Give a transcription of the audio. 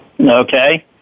Okay